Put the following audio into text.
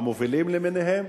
והמובילים למיניהם?